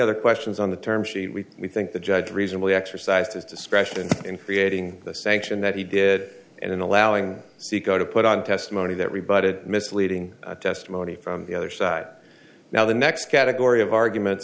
other questions on the term sheet we we think the judge reasonably exercised his discretion in creating the sanction that he did and in allowing saeco to put on testimony that rebut it misleading testimony from the other side now the next category of argument